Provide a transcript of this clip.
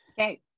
Okay